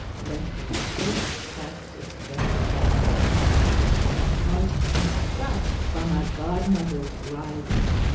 let him first cast a stone at her i was stopped by my godmother's rising,